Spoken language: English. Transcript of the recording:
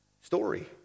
story